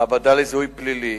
מעבדה לזיהוי פלילי,